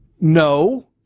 No